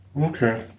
Okay